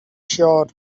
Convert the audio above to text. sure